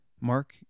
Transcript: Mark